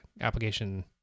application